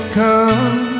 come